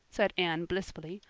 said anne blissfully,